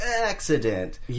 accident